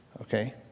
okay